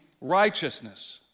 righteousness